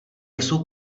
jsou